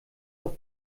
auf